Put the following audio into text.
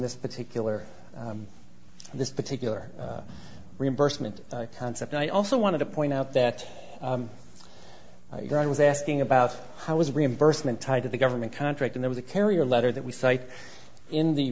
this particular this particular reimbursement concept i also want to point out that i was asking about how is reimbursement tied to the government contracting there was a carrier letter that we cite in the